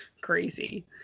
crazy